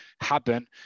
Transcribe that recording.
happen